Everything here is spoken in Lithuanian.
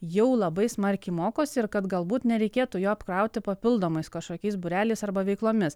jau labai smarkiai mokosi ir kad galbūt nereikėtų jo apkrauti papildomais kažkokiais būreliais arba veiklomis